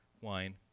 wine